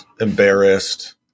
embarrassed